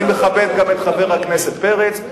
אני מכבד גם את חבר הכנסת פרץ,